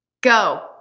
Go